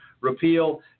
repeal